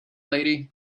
lady